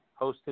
hosted